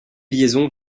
liaison